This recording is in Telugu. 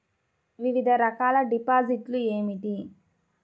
వివిధ రకాల డిపాజిట్లు ఏమిటీ?